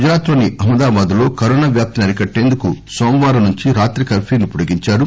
గుజరాత్లో ని అహ్మదాబాద్లో కరోనా వ్యాప్తిని అరికట్టేందుకు సోమవారం నుంచి రాత్రి కర్ఫ్యూను పొడిగించారు